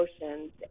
emotions